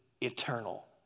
eternal